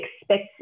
expect